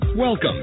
Welcome